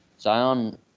Zion